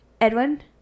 Edwin